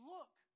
Look